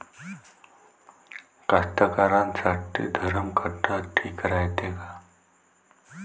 कास्तकाराइसाठी धरम काटा ठीक रायते का?